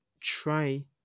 try